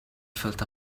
felt